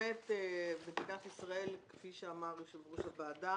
ובאמת מדינת ישראל כפי שאמר יושב-ראש הוועדה,